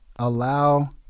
Allow